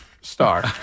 Star